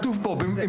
הנה כתוב פה במפורש,